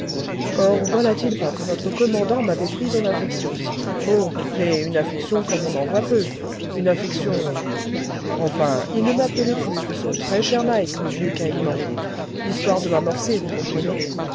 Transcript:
or voilà-t-il pas que notre commandant m'avait pris en affection oh mais une affection comme on en voit peu une affection enfin il ne m'appelait plus que son très-cher mike le vieux caïman histoire de m'amorcer vous comprenez